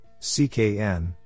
CKN